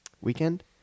Weekend